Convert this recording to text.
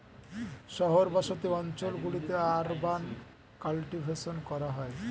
শহর বসতি অঞ্চল গুলিতে আরবান কাল্টিভেশন করা হয়